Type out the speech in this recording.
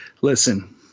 listen